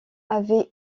avait